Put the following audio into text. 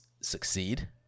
succeed